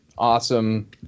awesome